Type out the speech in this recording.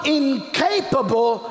incapable